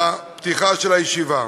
בפתיחה של הישיבה.